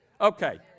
Okay